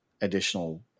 additional